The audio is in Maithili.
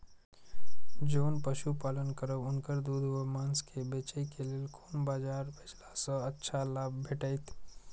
जोन पशु पालन करब उनकर दूध व माँस के बेचे के लेल कोन बाजार भेजला सँ अच्छा लाभ भेटैत?